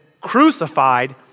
crucified